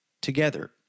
together